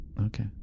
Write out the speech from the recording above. Okay